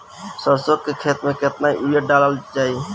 सरसों के खेती में केतना यूरिया डालल जाई?